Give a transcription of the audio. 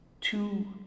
two